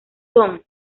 son